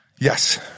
Yes